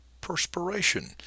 perspiration